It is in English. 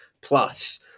plus